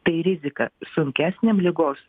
tai rizika sunkesniam ligos